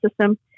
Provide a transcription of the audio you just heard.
System